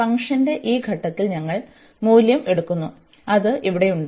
ഫംഗ്ഷന്റെ ഈ ഘട്ടത്തിൽ ഞങ്ങൾ മൂല്യം എടുക്കുന്നു അത് ഇവിടെയുണ്ട്